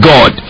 God